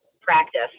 practice